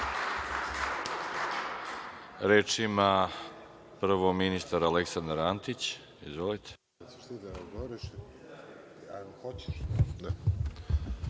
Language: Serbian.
Reč ima prvo ministar Aleksandar Antić. Izvolite.